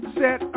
set